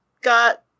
got